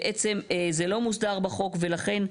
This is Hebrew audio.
בעצם, זה לא מוסדר בחוק, ולכן,